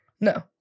No